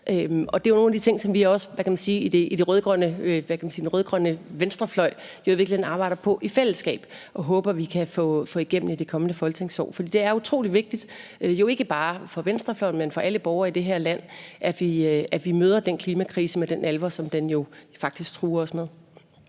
og det er jo nogle af de ting, som vi også i den rød-grønne venstrefløj i virkeligheden arbejder på i fællesskab og håber, at vi kan få igennem i det kommende folketingsår. For det er utrolig vigtigt – jo ikke bare for venstrefløjen, men for alle borgere i det her land – at vi møder den klimakrise med den alvor, som den faktisk truer os med.